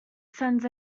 sent